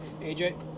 AJ